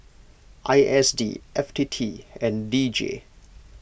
I S D F T T and D J